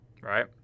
right